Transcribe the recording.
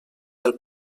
del